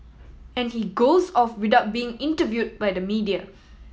and he goes off without being interview by the media